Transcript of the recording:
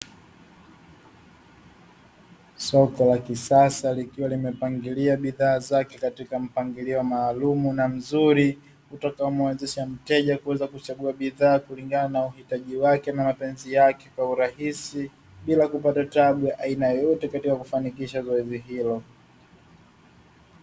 Soko la kisasa likiwa limepangilia bidhaa zake katika mpangilio maalumu na mzuri utakaomuwezesha mteja kuweza kuchagua bidhaa kulingana na uhitaji wake na mapenzi yake kwa urahisi, bila kupata tabu ya aina yoyote katika kufanikisha zoezi hilo.